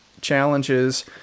challenges